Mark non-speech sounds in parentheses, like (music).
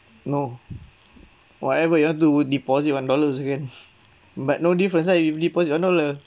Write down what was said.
no whatever you want to deposit one dollar also can (laughs) but no difference lah if you deposit one dollar